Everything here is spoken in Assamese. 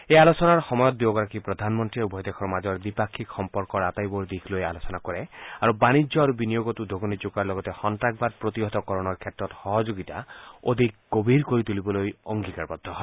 এই আলোচনাৰ সময়ত দুয়োগৰাকী প্ৰধানমন্ত্ৰীয়ে উভয় দেশৰ মাজৰ দ্বিপাফিক সম্পৰ্কৰ আটাইবোৰ দিশ লৈ আলোচনা কৰে আৰু বাণিজ্য আৰু বিনিয়োগত উদগনি যোগোৱাৰ লগতে সন্তাসবাদ প্ৰতিহতকৰণৰ ক্ষেত্ৰত সহযোগিতা অধিক গভীৰ কৰি তুলিবলৈ অংগীকাৰবদ্ধ হয়